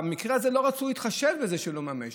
במקרה הזה לא רצו להתחשב בזה שזה לא התממש.